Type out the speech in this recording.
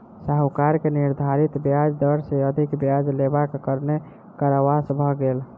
साहूकार के निर्धारित ब्याज दर सॅ अधिक ब्याज लेबाक कारणेँ कारावास भ गेल